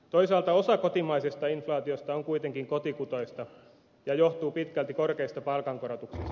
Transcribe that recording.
toisaalta osa kotimaisesta inflaatiosta on kuitenkin kotikutoista ja johtuu pitkälti korkeista palkankorotuksista